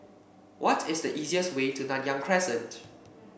what is the easiest way to Nanyang Crescent